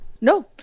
No